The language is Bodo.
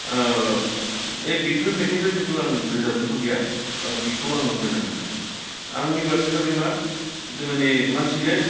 बेफोर मेथाइखौ खिन्थु आं रोजाबनो लुबैया बा बेखौ आङो मोजां मोना आंनि बाथ्राया जाबाय मा जेबायदि मानसिनो